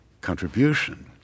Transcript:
contribution